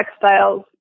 textiles